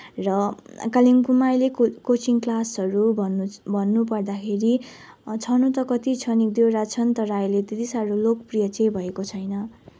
र कालिम्पोङमा अहिले कोचिङ क्लासहरू भन्नु भन्नु पर्दाखेरि छ न त कति छन् एक दईवटा छन् तर आहिले त्यति साह्रो लोकप्रिय चाहिँ भएको छैन